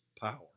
power